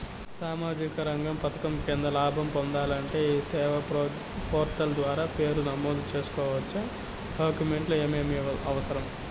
సామాజిక రంగ పథకం కింద లాభం పొందాలంటే ఈ సేవా పోర్టల్ ద్వారా పేరు నమోదు సేసుకోవచ్చా? డాక్యుమెంట్లు ఏమేమి అవసరం?